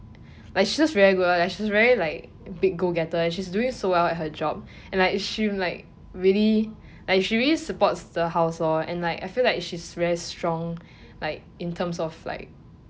like she just very good she is very like big go getter and she is doing so well at her job and like she like really like she really supports the house lor and like I feel like she is very strong like in terms of like